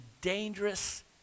dangerous